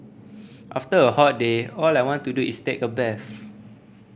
after a hot day all I want to do is take a bath